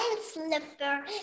slipper